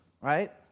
right